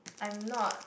I'm not